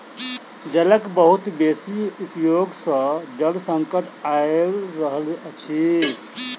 जलक बहुत बेसी उपयोग सॅ जल संकट आइब रहल अछि